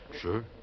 Sure